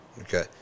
Okay